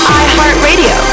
iHeartRadio